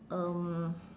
um